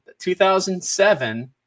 2007